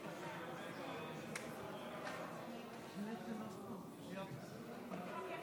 תוצאות ההצבעה הן כדלקמן: 72 בעד, 31 נגד, אין